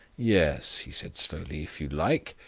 yes, he said slowly, if you like.